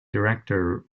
director